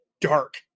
dark